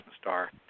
Star